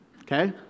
okay